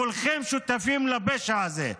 כולכם שותפים לפשע הזה.